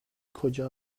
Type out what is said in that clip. کجا